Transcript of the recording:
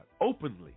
openly